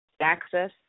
access